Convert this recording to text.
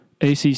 ACC